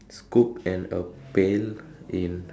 scoop and a pail in